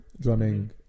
drumming